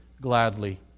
gladly